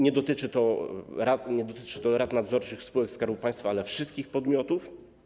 Nie dotyczy to rad nadzorczych spółek Skarbu Państwa, ale wszystkich podmiotów.